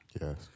Yes